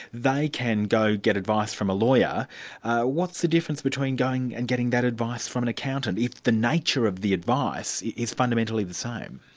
they can go get advice from a lawyer what's the difference between going and getting that advice from an accountant if the nature of the advice is fundamentally the same?